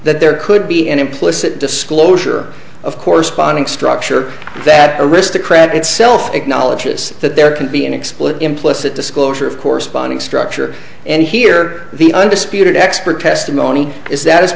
that there could be an implicit disclosure of corresponding structure that aristocrat itself acknowledges that there can be an explicit implicit disclosure of corresponding structure and here the undisputed expert testimony is that is